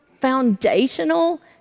foundational